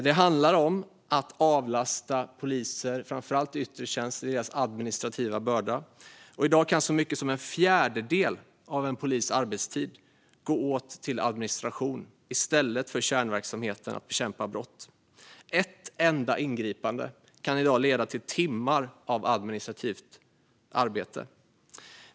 Det handlar om att avlasta poliser, framför allt i yttre tjänst, med deras administrativa börda. I dag kan så mycket av en fjärdedel av en polis arbetstid gå åt till administration i stället för kärnverksamheten att bekämpa brott. Ett enda ingripande kan i dag leda till timmar av administrativt arbete.